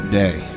day